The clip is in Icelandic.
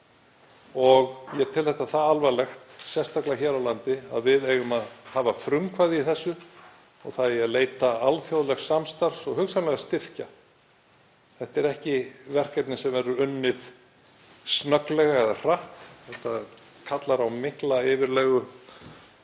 Ég tel þetta það alvarlegt, sérstaklega hér á landi, að við eigum að hafa frumkvæðið í þessu og það eigi að leita alþjóðlegs samstarfs og hugsanlega styrkja. Þetta er ekki verkefni sem verður unnið snögglega eða hratt. Þetta kallar á mikla yfirlegu